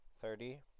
Thirty